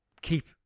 keep